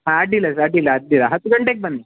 ಹಾಂ ಅಡ್ಡಿಲ್ಲ ಸರ್ ಅಡ್ಡಿಲ್ಲ ಅಡ್ಡಿಲ್ಲ ಹತ್ತು ಗಂಟೆಗೆ ಬನ್ನಿ